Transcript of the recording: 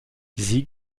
sie